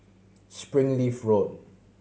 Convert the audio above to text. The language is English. Springleaf Road